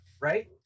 right